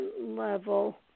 level